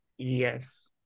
Yes